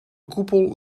koepel